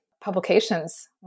publications